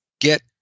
get